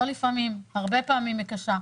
לא לפעמים אלא הרבה פעמים היא קשה,